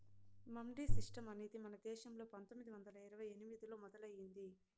mandi system అనేది మన దేశంలో పందొమ్మిది వందల ఇరవై ఎనిమిదిలో మొదలయ్యింది